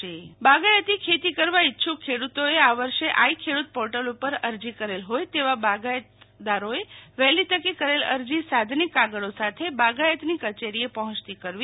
શીતલ વૈશ્નવ બાગાયતી ખેતી પોર્ટલ બાગાયતી ખેતી કરવા ઈચ્છક ખેડૂતોએ આ વર્ષે આઇ ખેડૂત પોર્ટલ ઉપર અરજી કરેલ હોય તેવા બાગાયતદારોએ વહેલીતકે કરેલ અરજી સાધનીક કાગળો સાથે બાગાયતની કચેરીએ પર્જોચતી કરવી